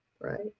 right